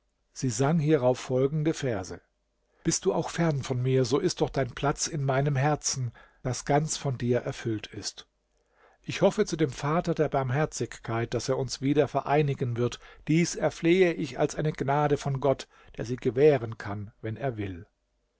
sie sang hierauf folgende verse bist du auch fern von mir so ist doch dein platz in meinem herzen das ganz von dir erfüllt ist ich hoffe zu dem vater der barmherzigkeit daß er uns wieder vereinigen wird dies erflehe ich als eine gnade von gott der sie gewähren kann wenn er will